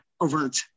overt